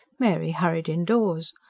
mary hurried indoors.